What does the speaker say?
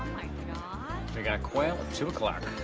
you know ah got a quail at two o'clock.